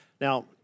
Now